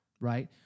right